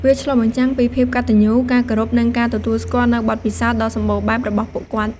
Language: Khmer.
វាឆ្លុះបញ្ចាំងពីភាពកតញ្ញូ ការគោរព និងការទទួលស្គាល់នូវបទពិសោធន៍ដ៏សម្បូរបែបរបស់ពួកគាត់។